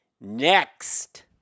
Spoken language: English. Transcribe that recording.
Next